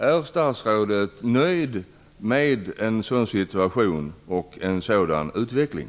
Är statsrådet nöjd med en sådan situation och utveckling?